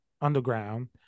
underground